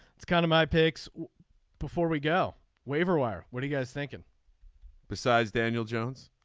it's kind of my picks before we go waiver wire. what are you guys thinking besides daniel jones